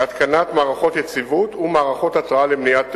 בהתקנת מערכות יציבות ומערכות התרעה למניעת תאונות.